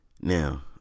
now